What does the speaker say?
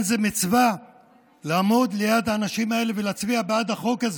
זו מצווה לעמוד ליד האנשים האלה ולהצביע בעד החוק הזה.